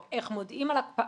או איך מודיעים על הקפאה,